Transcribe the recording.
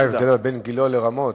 מה ההבדל בין גילה לבין רמות,